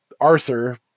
Arthur